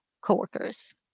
coworkers